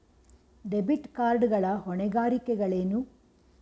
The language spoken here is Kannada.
ಡೆಬಿಟ್ ಕಾರ್ಡ್ ಗಳ ಹೊಣೆಗಾರಿಕೆಗಳೇನು?